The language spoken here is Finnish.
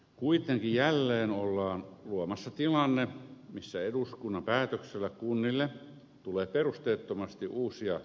kuitenkin jälleen ollaan luomassa tilanne missä eduskunnan päätöksellä kunnille tulee perusteettomasti uusia lisäkustannuksia